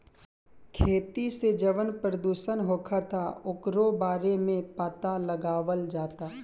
खेती से जवन प्रदूषण होखता ओकरो बारे में पाता लगावल जाता